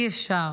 אי-אפשר